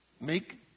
make